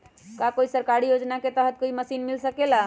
का कोई सरकारी योजना के तहत कोई मशीन मिल सकेला?